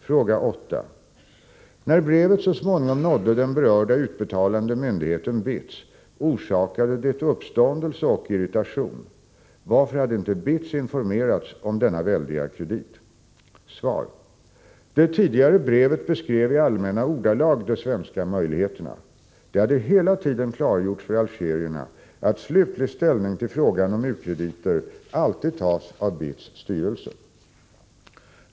Fråga 8: När brevet så småningom nådde den berörda utbetalande myndigheten BITS orsakade det uppståndelse och irritation. Varför hade inte BITS informerats om denna väldiga kredit? Svar: Det tidigare brevet beskrev i allmänna ordalag de svenska möjligheterna. Det hade hela tiden klargjorts för algerierna att slutlig ställning till frågan om u-krediter alltid tas av BITS styrelse.